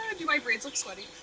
ah do my braids look sweaty?